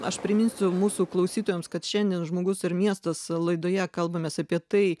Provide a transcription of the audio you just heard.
aš priminsiu mūsų klausytojams kad šiandien žmogus ir miestas laidoje kalbamės apie tai